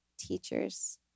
teachers